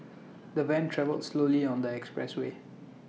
the van travelled slowly on the expressway